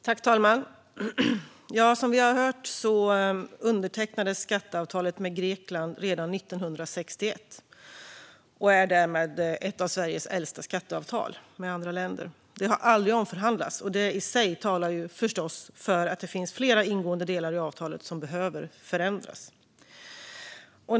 Fru talman! Som vi har hört undertecknades skatteavtalet med Grekland redan 1961 och är därmed ett av Sveriges äldsta skatteavtal med andra länder. Det har aldrig omförhandlats, och det i sig talar förstås för att det finns flera ingående delar i avtalet som behöver förändras.